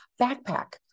backpack